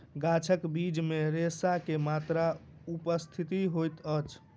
गाछक बीज मे रेशा के मात्रा उपस्थित होइत अछि